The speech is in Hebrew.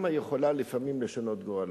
כמה היא יכולה לפעמים לשנות גורלות.